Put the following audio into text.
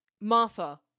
Martha